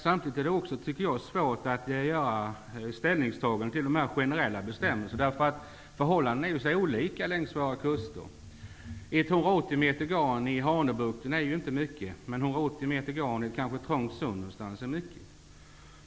Samtidigt är det svårt att ta ställning till de generella bestämmelserna. Förhållandena är så olika längs våra kuster. 180 meter garn i Hanöbukten är inte mycket. Däremot är 180 meter i ett trångt sund mycket.